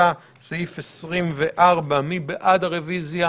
הצבעה בעד ההסתייגות